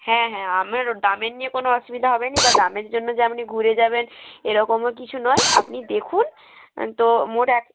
হ্যাঁ হ্যাঁ আমার দামের নিয়ে কোনও অসুবিধা হবে না বা দামের জন্য যে আপনি ঘুরে যাবেন এরকমও কিছু নয় আপনি দেখুন তো মোট এক